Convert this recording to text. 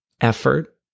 effort